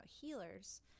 healers